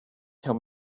tell